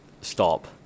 stop